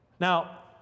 Now